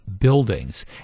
buildings